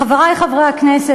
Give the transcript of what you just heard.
חברי חברי הכנסת,